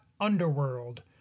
underworld